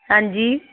ਹਾਂਜੀ